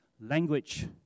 Language